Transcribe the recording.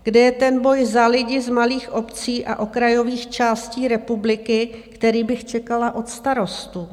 Kde je ten boj za lidi z malých obcí a okrajových částí republiky, který bych čekala od Starostů?